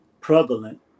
prevalent